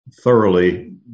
thoroughly